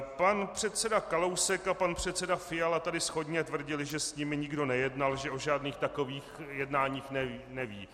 Pan předseda Kalousek a pan předseda Fiala tady shodně tvrdili, že s nimi nikdo nejednal, že o žádných takových jednáních nevědí.